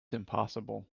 impossible